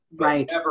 right